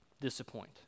disappoint